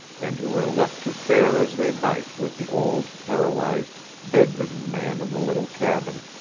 and who were left to fare as they might with the old paralyzed, bedridden man in the little cabin,